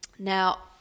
Now